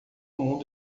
mundo